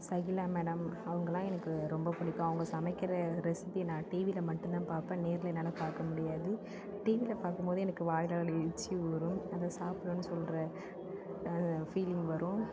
Shakila madam அவங்களாம் எனக்கு ரொம்ப பிடிக்கும் அவங்க சமைக்கிற ரெசிபி நான் டீவியில் மட்டும்தான் பாப்பேன் நேரில் என்னால் பார்க்க முடியாது டீவியில் பார்க்கும்போது எனக்கு வாயில் எச்சில் ஊரும் அதை சாப்டணும்னு சொல்கிற ஃபீலிங் வரும்